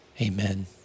Amen